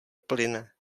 plyne